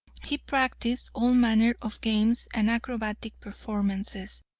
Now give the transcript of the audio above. he practiced all manner of games and acrobatic performances,